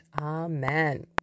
amen